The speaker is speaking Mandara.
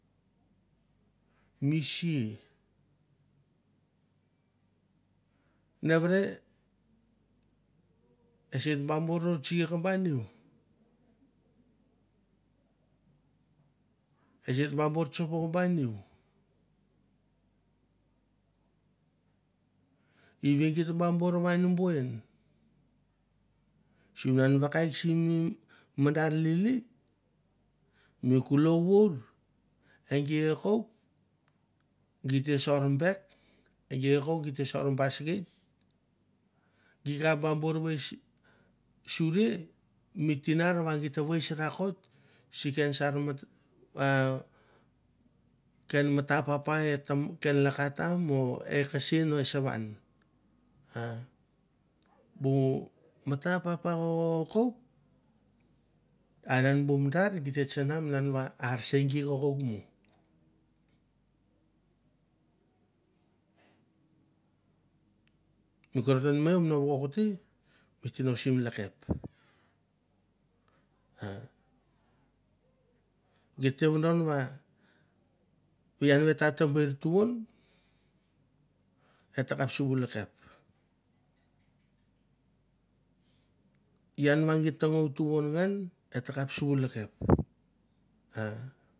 Mi sei nevere esen ba bour e tsi ekeba new eter ba bor tsoko ba new we geta barr en new er sar nai makas madar lili mi kolou vore ge kouk giti sar bag e gi kokouk sar basket gikap amborr wais save nai tino vang get ta wais rakot siken rar may a en mitapapa en ka lakaton o ekesnsen o esewang bu matapapa ong ngo kokouk git te tsana malana iwas a srgi kokoukmu mi kovot a namaei lakep a get tendon va ian wa te tarr tuon aterkap suvulakep ian git ive ngan ngan tuon ngam etekap suolakopa.